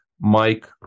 Mike